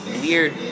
Weird